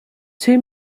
two